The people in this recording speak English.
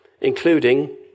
including